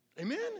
Amen